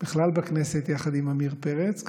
בכלל בכנסת, ביחד עם עמיר פרץ.